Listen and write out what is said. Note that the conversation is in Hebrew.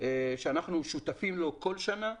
שאנחנו שותפים לו כל שנה,